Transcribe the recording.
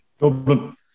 Dublin